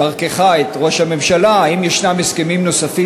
דרכך את ראש הממשלה: האם יש הסכמים נוספים